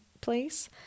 place